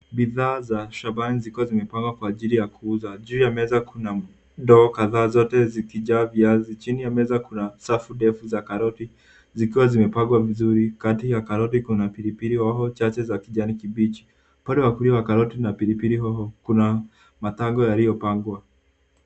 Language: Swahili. Bidhaa za shambani zikiwa zimepangwa kwa ajili ya kuuza. Juu ya meza kuna ndoo kadhaa, zote zikijaa viazi. Chini ya meza kuna safu ndefu za karoti zikiwa zimepangwa mzuri. Katikati ya karoti kuna pilipili hoho chache za kijani kibichi. Upande wa kulia wa karoti na pilipili hoho kuna matango yaliyopangwa.